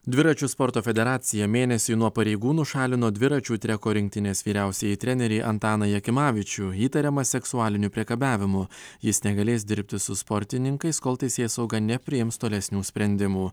dviračių sporto federacija mėnesį nuo pareigų nušalino dviračių treko rinktinės vyriausiąjį trenerį antaną jakimavičių įtariamą seksualiniu priekabiavimu jis negalės dirbti su sportininkais kol teisėsauga nepriims tolesnių sprendimų